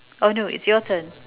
oh no it's your turn